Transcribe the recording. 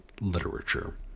literature